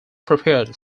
prepared